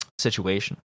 situation